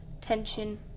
tension